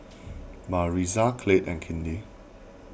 Maritza Clyde and Kinley